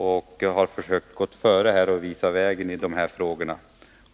Centern har försökt gå före och visa vägen i dessa frågor.